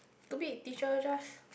stupid teacher just